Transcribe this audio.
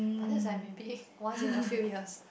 but that's like maybe once in a few years